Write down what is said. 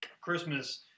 Christmas